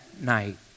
night